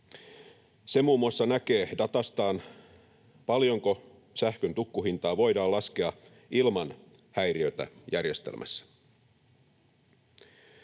Se muun muassa näkee datastaan, paljonko sähkön tukkuhintaa voidaan laskea ilman häiriötä järjestelmässä.